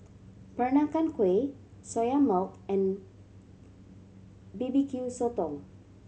Peranakan Kueh Soya Milk and B B Q Sotong